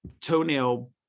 toenail